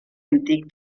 antic